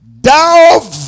Thou